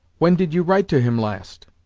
when did you write to him last